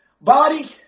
body